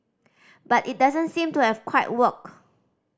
but it doesn't seem to have quite worked